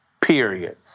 Period